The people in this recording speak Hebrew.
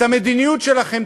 את המדיניות שלכם,